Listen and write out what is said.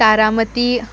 Taramati